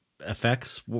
effects